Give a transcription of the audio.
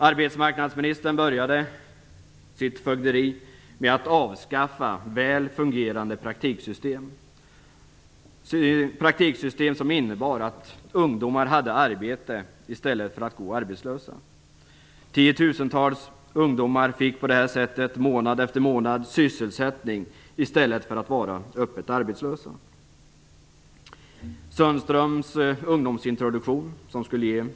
Arbetsmarknadsministern inledde sitt fögderi med att avskaffa ett väl fungerande praktiksystem - ett praktiksystem som innebar att ungdomar hade arbete i stället för att vara arbetslösa. Tiotusentals ungdomar fick på detta sätt månad efter månad sysselsättning i stället för att vara öppet arbetslösa.